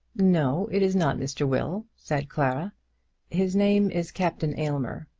no it is not mr. will, said clara his name is captain aylmer.